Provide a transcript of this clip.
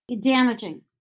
damaging